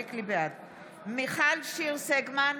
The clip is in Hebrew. מיכל שיר סגמן,